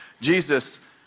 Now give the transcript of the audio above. Jesus